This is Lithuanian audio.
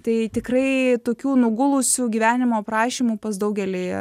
tai tikrai tokių nugulusių gyvenimo aprašymų pas daugelį